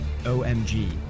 OMG